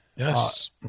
Yes